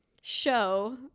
show